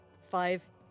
five